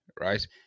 Right